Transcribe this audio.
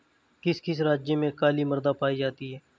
किस किस राज्य में काली मृदा पाई जाती है?